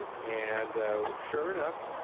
and and sure enough,